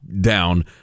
down